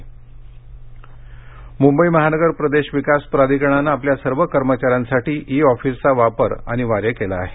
E office Mumbai महानगर प्रदेश विकास प्राधिकरणानंआपल्या सर्व कर्मचाऱ्यांसाठी ई ऑफिसचा वापर अनिवार्य केला आहे